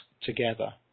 together